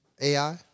AI